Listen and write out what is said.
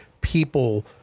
people